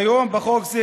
כיום, חוק זה